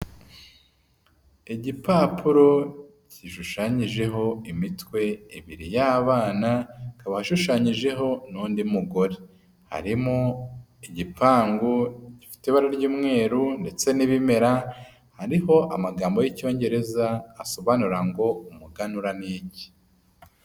Igipapuro gishushanyijeho imitwe ibiri y'abana, hakaba hashushanyijeho n'undi mugore, harimo igipangu gifite ibara ry'umweru ndetse n'ibimera, hariho amagambo y'icyongereza asobanura ngo umuganura n'iki.